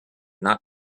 not